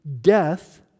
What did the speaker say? death